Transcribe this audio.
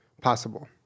possible